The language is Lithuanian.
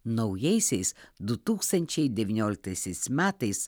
naujaisiais du tūkstančiai devynioliktaisiais metais